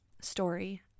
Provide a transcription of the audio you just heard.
story